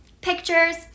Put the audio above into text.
pictures